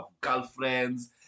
girlfriends